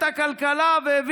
באופן שהביא